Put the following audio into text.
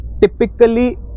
typically